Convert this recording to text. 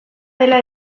dela